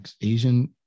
Asian